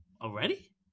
already